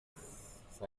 size